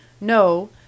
No